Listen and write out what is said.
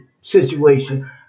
situation